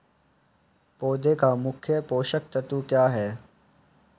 पौधे का मुख्य पोषक तत्व क्या हैं?